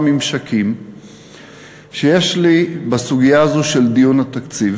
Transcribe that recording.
ממשקים שיש לי בסוגיה הזו של דיון התקציב